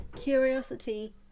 curiosity